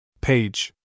Page